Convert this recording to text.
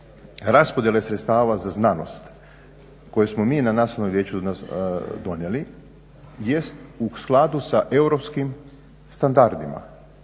raspodjele sredstava za znanost koje smo mi na Nacionalnom vijeću donijeli jest u skladu sa europskim standardima.